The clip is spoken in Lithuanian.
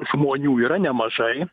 žmonių yra nemažai